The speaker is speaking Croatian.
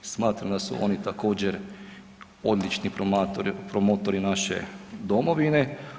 Smatram da su oni također odlični promotori naše domovine.